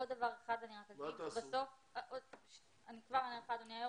אני כבר עונה לך היושב ראש,